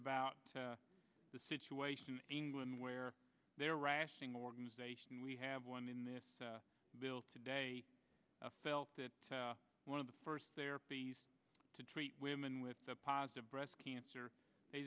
about the situation england where there rationing organization we have one in this bill today felt that one of the first there to treat women with a positive breast cancer they